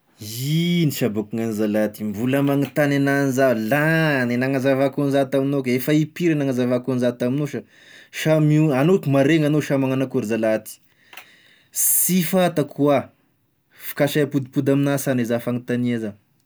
Ino sha ba ko gn'agny zalahy ty, mbola magnontany anahy agn'izany? Lagny e nagnazavako an'iza taminao, ke efa impiry e nagnazavako agn'izany taminao sha, samy o- anao ko maregny anao sa magnano akory zalahy ty, sy fantako hoy aho, f- ka se ampodipody amign'ahy sagne za fagnontagnie za.